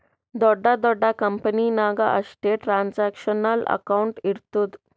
ದೊಡ್ಡ ದೊಡ್ಡ ಕಂಪನಿ ನಾಗ್ ಅಷ್ಟೇ ಟ್ರಾನ್ಸ್ಅಕ್ಷನಲ್ ಅಕೌಂಟ್ ಇರ್ತುದ್